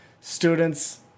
student's